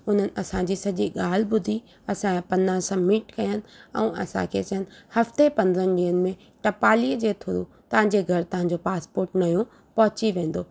उन्हनि असांजी सॼी ॻाल्हि ॿुधी असांजा पन्ना सबिमिट कयनि ऐं असांखे चयनि हफ़्ते पंद्रहनि ॾींहंनि में टपालीअ जे थ्रू तव्हांजे घरि तव्हांजो पासपोट नओं पहुची वेंदो